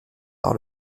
par